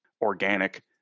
organic